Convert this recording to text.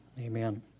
amen